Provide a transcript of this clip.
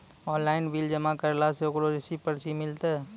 Online bill जमा करला से ओकरौ रिसीव पर्ची मिलतै?